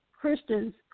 Christians